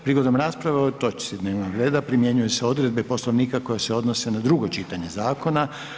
Prigodom rasprave o ovoj točci dnevnog reda primjenjuju se odredbe Poslovnika koje se odnose na drugo čitanje zakona.